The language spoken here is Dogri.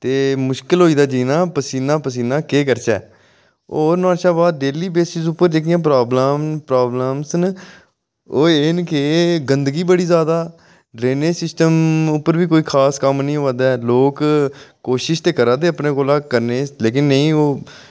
ते मुश्कल होई दा जीना पसीना पसीना केह् करचै होर नुहाड़े शा बाद च डेह्ली बेसिस उप्पर जेह्ड़ियां प्राब्लमां न प्राब्लमां न ओह् एह् न कि गंदगी बड़ी जैदा ड्रेनिंग सिस्टम उप्पर बी कोई खास कम्म निं होआ दा ऐ लोक कोशश ते करै दे अपने कोला करने दी पर नेईं ओह्